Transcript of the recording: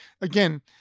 again